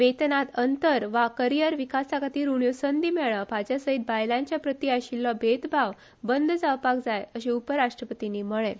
वेतनांत अंतर वा करिअर विकासा खातीर उण्यो संदी मेळप हाचे सयत बायलांच्या प्रती आशिल्लो भेदभाव बंद जावपाक जाय अशें उपराष्ट्रपतींनी सांगलें